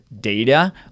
data